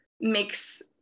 makes